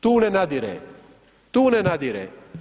Tu ne nadire, tu ne nadire.